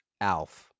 Alf